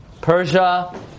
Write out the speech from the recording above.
Persia